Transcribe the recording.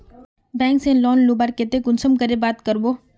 Bank से loan लुबार केते कुंसम करे बात करबो?